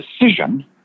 decision